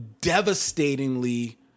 devastatingly